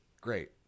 great